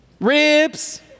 ribs